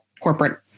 corporate